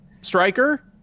striker